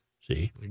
See